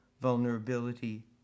vulnerability